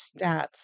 stats